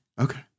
Okay